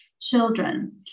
children